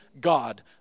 God